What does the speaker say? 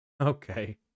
Okay